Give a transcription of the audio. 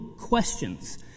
Questions